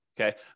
Okay